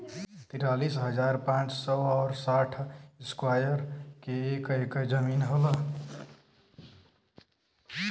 तिरालिस हजार पांच सौ और साठ इस्क्वायर के एक ऐकर जमीन होला